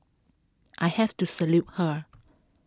I have to salute her